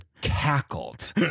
cackled